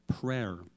prayer